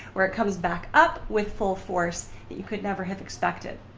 where it comes back up with full force that you could never have expected.